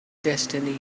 destiny